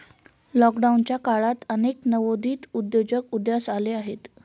लॉकडाऊनच्या काळात अनेक नवोदित उद्योजक उदयास आले आहेत